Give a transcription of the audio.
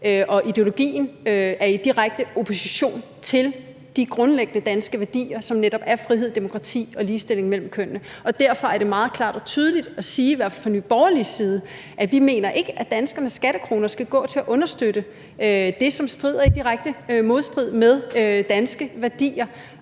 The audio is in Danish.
Og ideologien er i direkte opposition til de grundlæggende danske værdier, som netop er frihed, demokrati og ligestilling mellem kønnene. Og derfor er det, vi siger meget klart og tydeligt, i hvert fald fra Nye Borgerliges side, at vi ikke mener, at danskernes skattekroner skal gå til at understøtte det, som er i direkte modstrid med danske værdier.